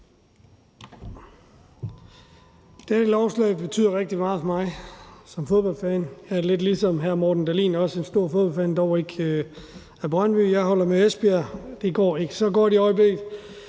Dette lovforslag betyder rigtig meget for mig som fodboldfan. Lidt ligesom hr. Morten Dahlin er jeg også en stor fodboldfan, dog ikke af Brøndby. Jeg holder med Esbjerg. Det går ikke så godt i øjeblikket.